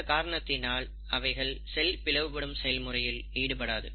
இந்த காரணத்தினால் அவைகள் செல் பிளவுபடும் செயல்முறையில் ஈடுபடாது